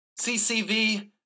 CCV